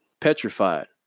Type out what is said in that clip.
petrified